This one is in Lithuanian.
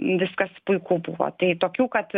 viskas puiku buvo tai tokių kad